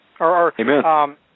Amen